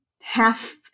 half –